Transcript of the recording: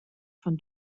von